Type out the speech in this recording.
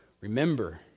Remember